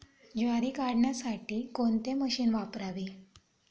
ज्वारी काढण्यासाठी कोणते मशीन वापरावे?